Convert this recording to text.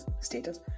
status